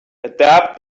adapt